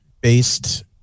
based